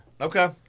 Okay